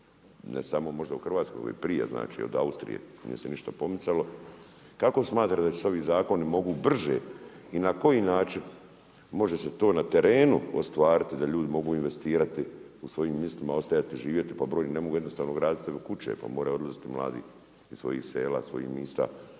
ne možda samo u Hrvatskoj, nego i prije, znači od Austrije, nije se ništa pomicalo. Kako smatrate da se ovi zakoni mogu brže i na koji način može se to na terenu ostvariti da ljudi mogu investirati u svojim mjestima ostajati živjeti…/Govornik se ne razumije./… ne mogu jednostavno sebi graditi sebi kuće, pa moraju odlaziti mladi iz svojih sela, svojih mjesta,